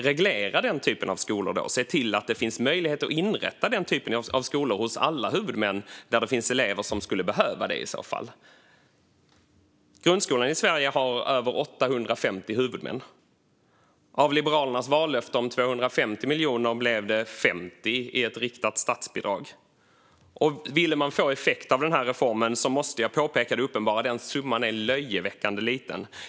Reglera då den typen av skolor, och se till att det finns möjlighet att inrätta den typen av skolor hos alla huvudmän där det finns elever som skulle behöva det! Grundskolan i Sverige har över 850 huvudmän. Av Liberalernas vallöfte om 250 miljoner blev det 50 miljoner i ett riktat statsbidrag. Jag måste påpeka det uppenbara: Vill man få effekt av den här reformen är den summan löjeväckande låg.